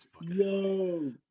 Yo